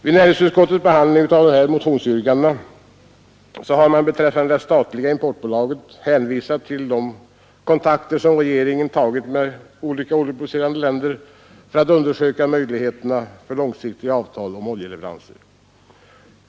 Vid näringsutskottets behandling av dessa motionsyrkanden har man beträffande det statliga importbolaget hänvisat till de kontakter som regeringen tagit med olika oljeproducerande länder för att undersöka möjligheterna för långsiktiga avtal om oljeleveranser.